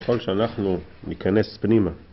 ככל שאנחנו ניכנס פנימה